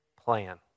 plan